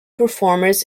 performers